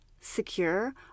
Secure